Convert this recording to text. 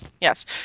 Yes